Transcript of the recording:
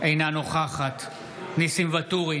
אינה נוכחת ניסים ואטורי,